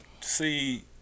see